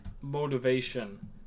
motivation